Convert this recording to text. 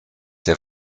der